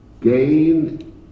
Gain